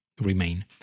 remain